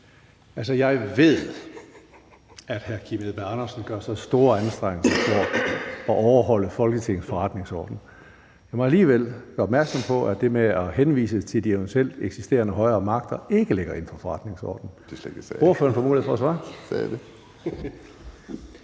Jeg ved, at hr. Kim Edberg Andersen gør sig store anstrengelser for at overholde Folketingets forretningsorden. Jeg må alligevel gøre opmærksom på, at det med at henvise til de eventuelt eksisterende højere magter ikke ligger inden for forretningsordenen. Ordføreren får mulighed for at